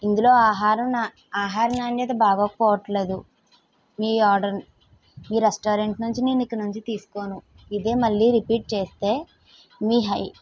ఇందులో ఆహారం న ఆహార నాణ్యత బాగోకపోవట్లేదు మీ ఆర్డర్ మీ రెస్టారెంట్ నుంచి నేను ఇక నుంచి తీసుకోను ఇదే మళ్ళీ రిపీట్ చేస్తే మీ హై